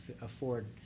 afford